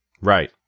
Right